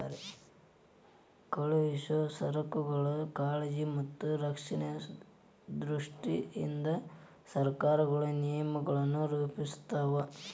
ಕಳುಹಿಸೊ ಸರಕುಗಳ ಕಾಳಜಿ ಮತ್ತ ರಕ್ಷಣೆಯ ದೃಷ್ಟಿಯಿಂದ ಸರಕಾರಗಳು ನಿಯಮಗಳನ್ನ ರೂಪಿಸ್ತಾವ